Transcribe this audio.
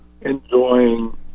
enjoying